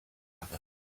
other